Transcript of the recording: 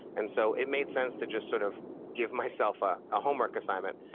and so it made sense to just sort of give myself ah a homework assignment,